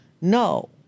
no